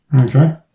Okay